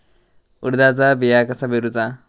उडदाचा बिया कसा पेरूचा?